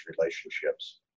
relationships